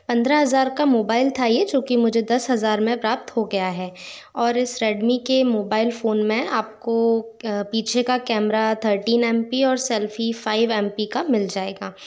पंद्रह हज़ार का मोबाइल था ये जोकि मुझे दस हज़ार में प्राप्त हो गया है और इस रेडमी के मोबाइल फ़ोन में आपको पीछे का कैमरा थर्टीन एम पी और सेल्फी फाइव एम पी का मिल जाएगा